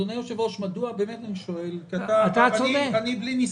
אדוני היושב-ראש, אני בלי ניסיון.